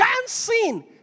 dancing